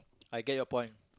I get your point